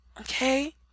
Okay